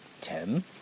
ten